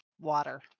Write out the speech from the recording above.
water